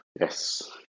Yes